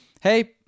hey